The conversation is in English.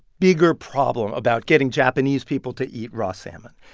bigger problem about getting japanese people to eat raw salmon.